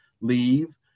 leave